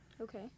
Okay